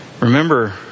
Remember